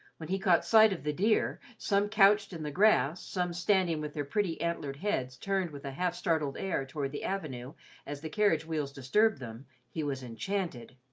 when he caught sight of the deer, some couched in the grass, some standing with their pretty antlered heads turned with a half-startled air toward the avenue as the carriage wheels disturbed them, he was enchanted.